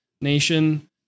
nation